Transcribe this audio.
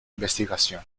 investigación